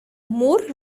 more